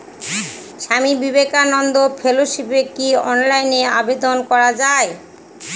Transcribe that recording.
স্বামী বিবেকানন্দ ফেলোশিপে কি অনলাইনে আবেদন করা য়ায়?